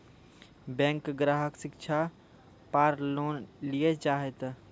Bank ग्राहक शिक्षा पार लोन लियेल चाहे ते?